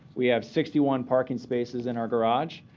we have sixty one parking spaces in our garage.